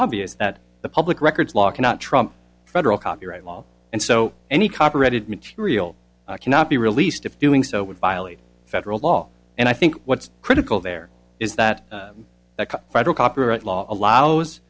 obvious that the public records law cannot trump federal copyright law and so any copyrighted material cannot be released if doing so would violate federal law and i think what's critical there is that the federal copyright law allows